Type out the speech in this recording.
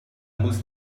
muss